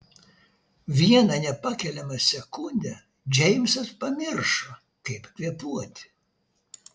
vieną nepakeliamą sekundę džeimsas pamiršo kaip kvėpuoti